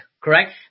Correct